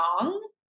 wrong